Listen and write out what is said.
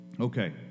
Okay